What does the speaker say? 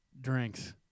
drinks